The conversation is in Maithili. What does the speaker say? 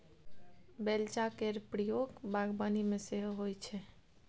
बेलचा केर प्रयोग बागबानी मे सेहो होइ छै